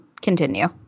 continue